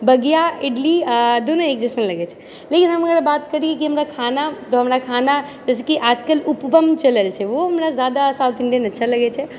बगिया इडली दुनू एक जैसन लगै छै लेकिन हम अगर बात करि कि हमरा खाना तऽ हमरा खाना जइसे कि आजकल उपपम चलल छै ओ हमरा जादा साउथ इन्डियन अच्छा लगै छै